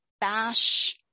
bash